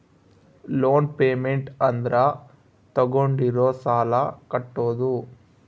loan payment ಅಂದ್ರ ತಾಗೊಂಡಿರೋ ಸಾಲ ಕಟ್ಟೋದು